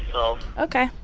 no ok.